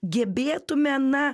gebėtume na